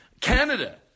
Canada